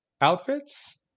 outfits